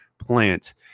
plant